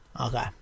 Okay